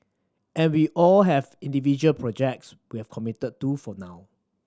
and we all have individual projects we have committed to for now